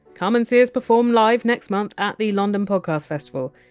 come and see us perform live next month at the london podcast festival.